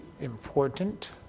important